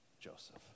Joseph